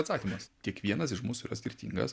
atsakymas kiekvienas iš mūsų yra skirtingas